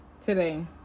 Today